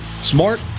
smart